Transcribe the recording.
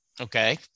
Okay